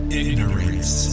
ignorance